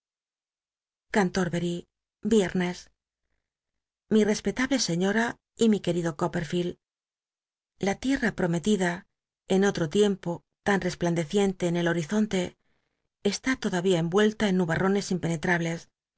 cantorbcry viernes u mi respetable sciíora y mi querido coppetlicld la tierra prometida en otro tiempo tan resplandeciente en el horizonte está todavía envuella en nubarrones impenetrables